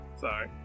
Sorry